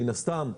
מן הסתם,